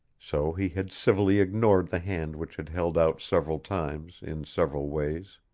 so he had civilly ignored the hand which had held out several times, in several ways.